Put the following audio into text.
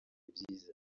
byiza